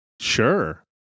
Sure